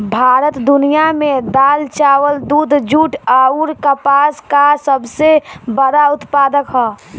भारत दुनिया में दाल चावल दूध जूट आउर कपास का सबसे बड़ा उत्पादक ह